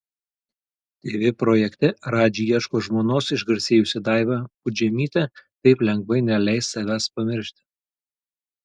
tv projekte radži ieško žmonos išgarsėjusi daiva pudžemytė taip lengvai neleis savęs pamiršti